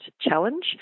challenge